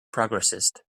progressist